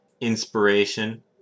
inspiration